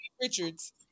Richards